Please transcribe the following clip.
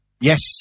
Yes